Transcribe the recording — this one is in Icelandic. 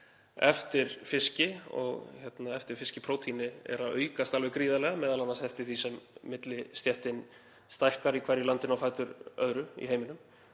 eftir fiski og eftir fiskprótíni er að aukast alveg gríðarlega, m.a. eftir því sem millistéttin stækkar í hverju landinu á fætur öðru í heiminum.